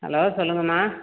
hello சொல்லுங்கம்மா